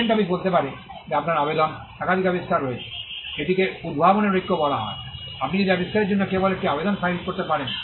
patent office বলতে পারে যে আপনার আবেদনে একাধিক আবিষ্কার রয়েছে এটিকে উদ্ভাবনের ঐক্য বলা হয় আপনি প্রতি আবিষ্কারের জন্য কেবল একটি আবেদন ফাইল করতে পারেন